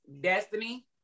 Destiny